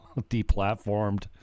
deplatformed